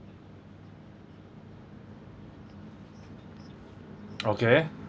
okay